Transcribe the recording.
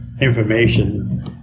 information